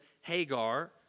Hagar